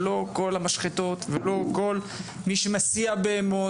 ולא כל המשחטות ולא כל מי שמסיע בהמות